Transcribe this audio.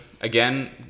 again